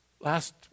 Last